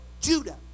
Judah